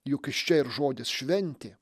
juk iš čia ir žodis šventė